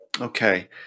Okay